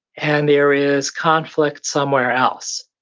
and there is conflict somewhere else.